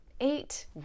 eight